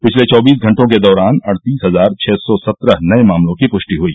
पिछले चौबीस घंटों के दौरान अड़तीस हजार छ सौ सत्रह नए मामलों की पुष्टि हुई